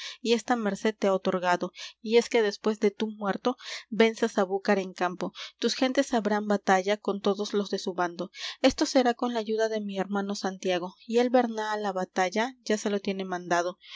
y esta merced te ha otorgado y es que después de tú muerto venzas á búcar en campo tus gentes habrán batalla con todos los de su bando esto será con la ayuda de mi hermano santiago y él verná á la batalla ya se lo tiene mandado